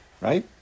Right